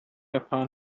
upon